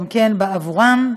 גם בעבורם.